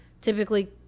typically